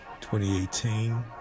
2018